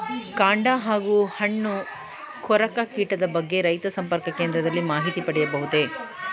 ಕಾಂಡ ಹಾಗೂ ಹಣ್ಣು ಕೊರಕ ಕೀಟದ ಬಗ್ಗೆ ರೈತ ಸಂಪರ್ಕ ಕೇಂದ್ರದಲ್ಲಿ ಮಾಹಿತಿ ಪಡೆಯಬಹುದೇ?